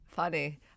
Funny